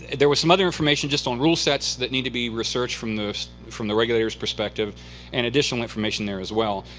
there was some other information just on rule sets that need to be researched from the from the regulators' perspective and additional information there, as well.